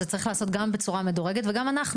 זה צריך להיעשות בצורה מדורגת וגם אנחנו